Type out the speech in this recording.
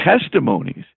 testimonies